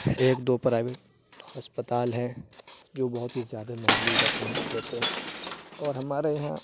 ایک دو پرائیوٹ ہسپتال ہیں جو بہت ہی زیادہ مہنگی رقم لیتے ہیں اور ہمارے یہاں